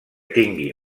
tingui